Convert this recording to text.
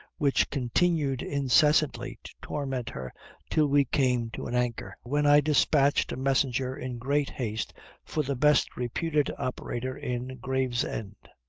which continued incessantly to torment her till we came to an anchor, when i dispatched a messenger in great haste for the best reputed operator in gravesend.